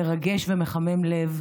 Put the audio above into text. מרגש ומחמם לב,